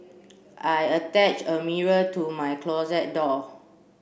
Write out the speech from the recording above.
I attach a mirror to my closet door